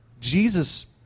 Jesus